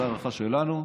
זו הערכה שלנו,